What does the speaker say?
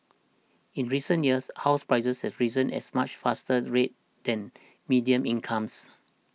in recent years house prices have risen as much faster rate than median incomes